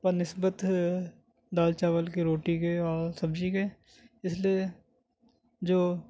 بنسبت دال چاول کے روٹی کے اور سبزی کے اس لیے جو